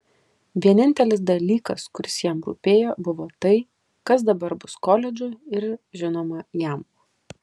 vienintelis dalykas kuris jam rūpėjo buvo tai kas dabar bus koledžui ir žinoma jam